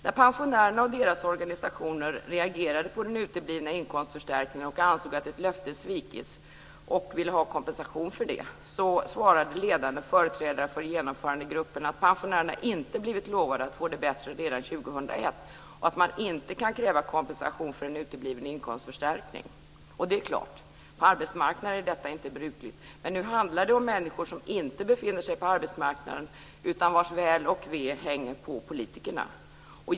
När pensionärerna och deras organisationer reagerade på den uteblivna inkomstförstärkningen och ansåg att ett löfte svikits och ville ha kompensation för detta, svarade ledande företrädare för Genomförandegruppen att pensionärerna inte blivit lovade att få det bättre redan 2001 och att man inte kan kräva kompensation för en utebliven inkomstförstärkning. Och det är klart att på arbetsmarknaden är detta inte brukligt, men nu handlar det om människor som inte befinner sig på arbetsmarknaden utan vars väl och ve hänger på politikerna.